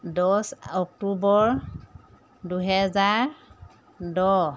দছ অক্টোবৰ দুহেজাৰ দহ